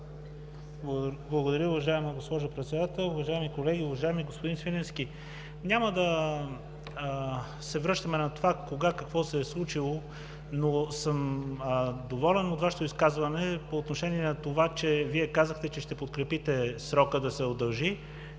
Благодаря, уважаема госпожо Председател. Уважаеми колеги! Уважаеми господин Свиленски, няма да се връщаме на това кога какво се е случило, но съм доволен от Вашето изказване по отношение на това, че Вие казахте, че ще подкрепите срока да се удължи.